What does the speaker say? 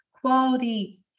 quality